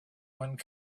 wind